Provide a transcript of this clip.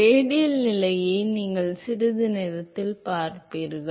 radial நிலையை நீங்கள் சிறிது நேரத்தில் பார்ப்பீர்கள்